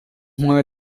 mueve